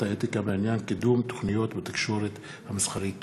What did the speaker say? האתיקה בעניין קידום תוכניות בתקשורת המסחרית.